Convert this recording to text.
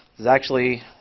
has actually